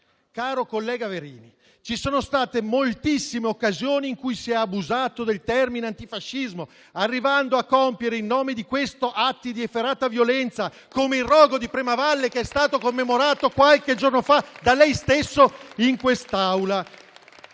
Caro collega Verini, ci sono state moltissime occasioni in cui si è abusato del termine antifascismo, arrivando a compiere nel suo nome atti di efferata violenza come il rogo di Primavalle, che è stato commemorato qualche giorno fa da lei stesso in quest'Aula.